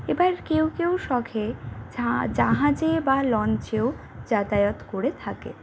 এবার কেউ কেউ শখে জাহাজে বা লঞ্চেও যাতায়াত করে থাকে